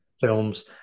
Films